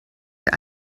der